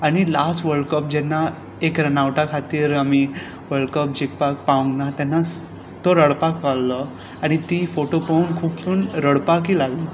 आनी last world cup जेन्ना एक रन आवटा खातीर आमी वल्ड कप जिखपाक पावंक ना तेन्नाच तो रडपाक पाविल्लो आनी ती फोटो पळोवन खूब जाण रडपाकूय लागलीं